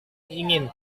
ingin